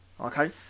okay